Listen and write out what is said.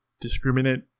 discriminate